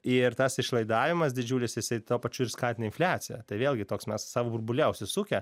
ir tas išlaidavimas didžiulis jisai tuo pačiu ir skatina infliaciją tai vėlgi toks mes savo burbule apsisukę